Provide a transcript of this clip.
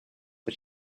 but